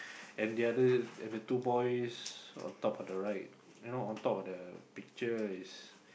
and the other the two boys on top of the right on top of the picture is